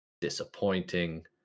disappointing